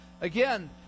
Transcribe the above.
again